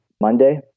Monday